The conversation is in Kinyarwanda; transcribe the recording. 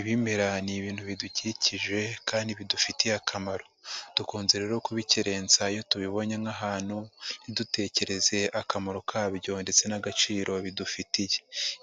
Ibimera ni ibintu bidukikije kandi bidufitiye akamaro, dukunze rero kubikerensa iyo tubibonye nk'ahantu ntidutekereze akamaro kabyo ndetse n'agaciro bidufitiye,